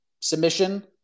submission